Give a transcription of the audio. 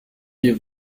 iyo